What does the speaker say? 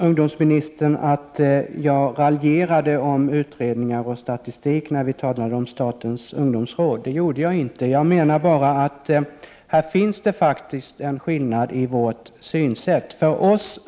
Ungdomsministern sade att jag raljerade om utredningar och statistik när vi talade om statens ungdomsråd. Det gjorde jag inte. Jag menar bara att det här faktiskt finns en skillnad i synsätt mellan folkpartiet och socialdemokraterna.